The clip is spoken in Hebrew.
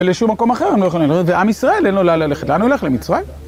לשום מקום אחר, ועם ישראל אין לו לאן ללכת, לאן הוא ילך? למצרים?